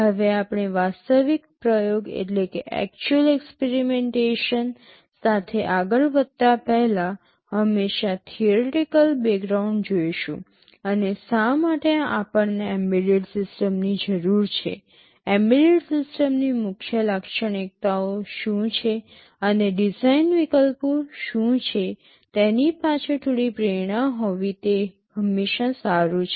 હવે આપણે વાસ્તવિક પ્રયોગ સાથે આગળ વધતા પહેલા હંમેશાં થિયોરિટેકલ બેકગ્રાઉન્ડ જોઈશું અને શા માટે આપણને એમ્બેડેડ સિસ્ટમની જરૂર છે એમ્બેડેડ સિસ્ટમની મુખ્ય લાક્ષણિકતાઓ શું છે અને ડિઝાઇન વિકલ્પો શું છે તેની પાછળ થોડી પ્રેરણા હોવી તે હંમેશા સારું છે